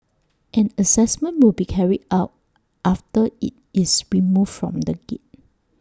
an Assessment will be carried out after IT is removed from the gate